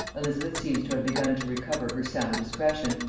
elizabeth seems to have begun to recover her sound discretion,